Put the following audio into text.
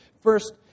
First